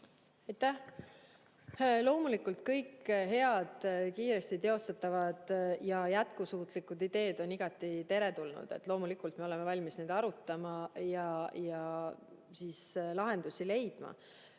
Aitäh! Loomulikult, kõik head, kiiresti teostatavad ja jätkusuutlikud ideed on igati teretulnud. Loomulikult oleme valmis neid arutama ja lahendusi leidma.